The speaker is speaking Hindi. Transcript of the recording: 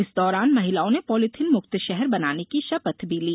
इस दौरान महिलाओं ने पॉलीथिन मुक्त शहर बनाने की शपथ भी ली